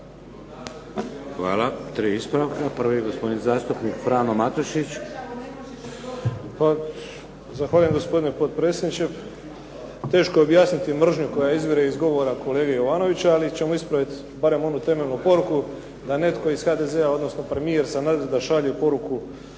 Hvala. Tri ispravka. Prvi je gospodin zastupnik Frano Matušić. **Matušić, Frano (HDZ)** Zahvaljujem, gospodine potpredsjedniče. Teško je objasniti mržnju koja izvire iz govora kolege Jovanovića, ali ćemo ispraviti barem onu temeljnu poruku da netko iz HDZ-a odnosno premijer Sanader da šalje poruku,